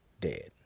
dead